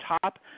top